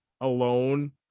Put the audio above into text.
alone